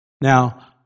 Now